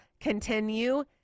continue